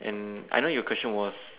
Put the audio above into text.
and I know your question was